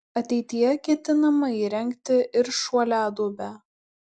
ateityje ketinama įrengti ir šuoliaduobę